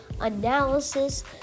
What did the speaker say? analysis